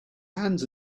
hands